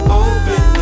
open